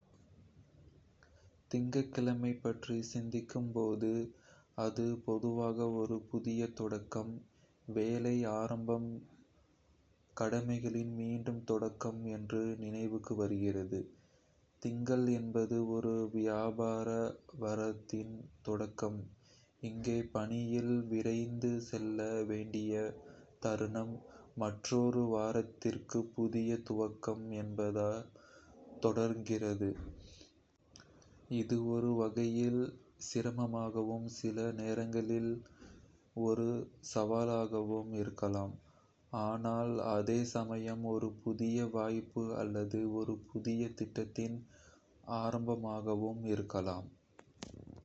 திங்கள் கிழமை பற்றி சிந்திக்கும் போது, அது பொதுவாக ஒரு புதிய தொடக்கம், வேலைப்பளுவின் ஆரம்பம், கடமைகளின் மீண்டும் தொடக்கம் என்று நினைவுக்கு வருகிறது. திங்கள் என்பது ஒரு வியாபார வாரத்தின் தொடக்கம், இங்கே பணியில் விரைந்து செல்ல வேண்டிய தருணம், மற்றொரு வாரத்திற்கு புதிய துவக்கம் என்பதாக தோன்றுகிறது. அது ஒரு வகையில் சிரமமாகவும், சில நேரங்களில் ஒரு சவாலாகவும் இருக்கலாம், ஆனால் அதே சமயம் ஒரு புதிய வாய்ப்பு அல்லது ஒரு புதிய திட்டத்தின் ஆரம்பமாகவும் இருக்கலாம்.